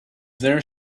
there